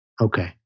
Okay